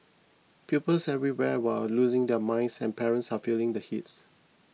pupils everywhere are losing their minds and parents are feeling the heat